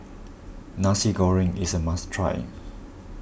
Nasi Goreng is a must try